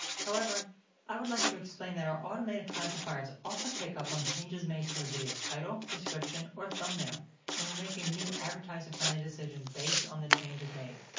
however i would like to explain that our automated classifiers also pick up on changes made to a video's title, description or thumbnail and will make a new advertiser-friendly decision based on the changes made.